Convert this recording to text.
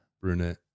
Brunette